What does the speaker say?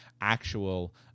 actual